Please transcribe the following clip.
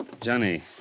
Johnny